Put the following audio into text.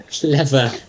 clever